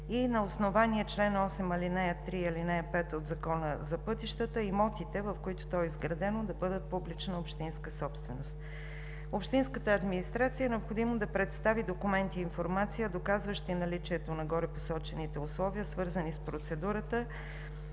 и на основание чл. 8, алинеи 3 и 5 от Закона за пътищата имотите, в които то е изградено, да бъдат публична общинска собственост. Общинската администрация е необходимо да представи документи и информация, доказващи наличието на горепосочените условия, свързани с процедурата.